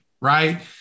Right